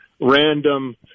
random